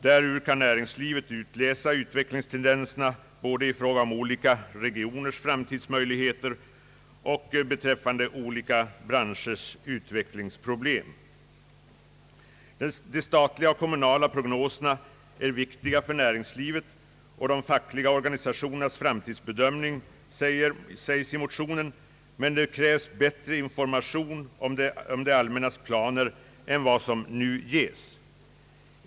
Därur kan näringslivet utläsa utvecklingstendenserna både i fråga om olika regioners framtidsmöjligheter och beträffande olika branschers utvecklingsproblem. De statliga och kommunala prognoserna är viktiga för näringslivets och de fackliga organisationernas framtidsbedömning, sägs i motionerna, men det krävs bättre information om det allmännas planer än vad som nu ges.